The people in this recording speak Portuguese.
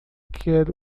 quer